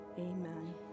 amen